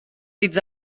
dits